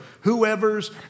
whoever's